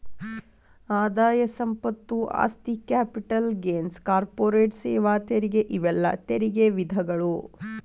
ಆದಾಯ ಸಂಪತ್ತು ಆಸ್ತಿ ಕ್ಯಾಪಿಟಲ್ ಗೇನ್ಸ್ ಕಾರ್ಪೊರೇಟ್ ಸೇವಾ ತೆರಿಗೆ ಇವೆಲ್ಲಾ ತೆರಿಗೆ ವಿಧಗಳು